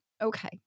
Okay